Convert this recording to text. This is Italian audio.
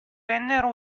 vennero